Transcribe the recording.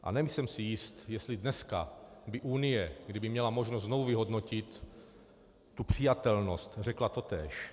A nejsem si jist, jestli dneska by Unie, kdyby měla možnost znovu vyhodnotit tu přijatelnost, řekla totéž.